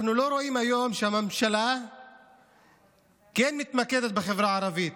אנחנו לא רואים היום שהממשלה מתמקדת בחברה הערבית.